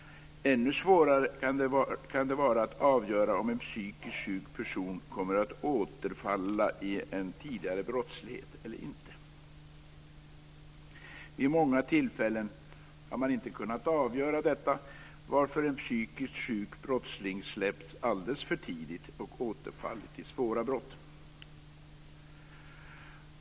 Ännu svårare kan det vara att avgöra om en psykiskt sjuk person kommer att återfalla i en tidigare brottslighet eller inte. Vid många tillfällen har man inte kunnat avgöra detta, varför en psykiskt sjuk brottsling släppts alldeles för tidigt och återfallit i svåra brott.